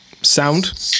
Sound